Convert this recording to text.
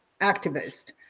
activist